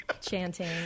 chanting